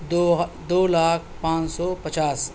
دو دو لاکھ پانچ سو پچاس